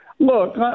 Look